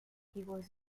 was